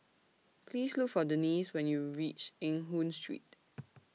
Please Look For Denisse when YOU REACH Eng Hoon Street